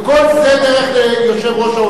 כל זה דרך יושב-ראש ההוצאה